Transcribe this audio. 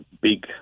big